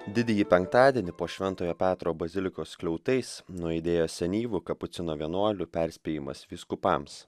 didįjį penktadienį po šventojo petro bazilikos skliautais nuaidėjo senyvų kapucinų vienuolių perspėjimas vyskupams